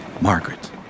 Margaret